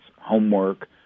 homework